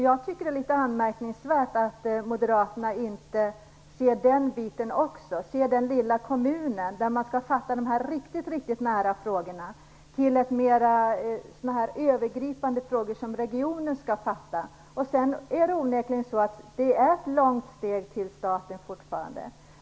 Jag tycker att det är litet anmärkningsvärt att moderaterna inte ser den biten också, ser den lilla kommunen där man skall fatta de riktigt, riktigt nära besluten till sådana övergripande frågor som regionen skall fatta beslut om. Det är onekligen ett långt steg till staten fortfarande.